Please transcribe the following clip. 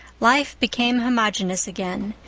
life became homogeneous again,